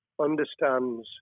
understands